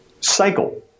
cycle